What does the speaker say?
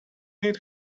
need